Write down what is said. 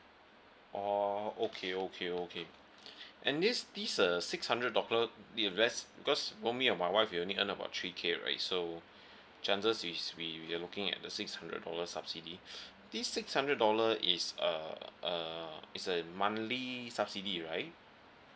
oh okay okay okay and this this uh six hundred total be addressed because for me and my wife we only earn about three K right so chances is we we are looking at the six hundred dollar subsidy this six hundred dollar is a a it's a monthly subsidy right